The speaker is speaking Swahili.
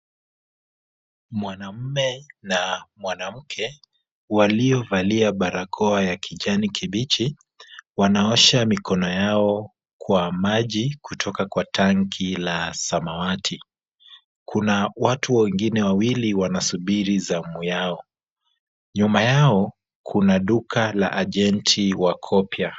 Mwanamume na mwanamke waliovalia barakoa ya kijani kibichi, wanaosha mikono yao kwa maji kutoka kwa tanki la samawati. Kuna watu wengine wawili wanasubiri zamu yao. Nyuma yao kuna duka la agenti wa Kopia.